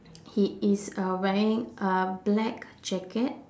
he is uh wearing a black jacket